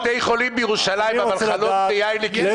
יש בתי חולים בירושלים עם חלות ויין לקידוש.